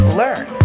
learn